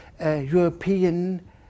European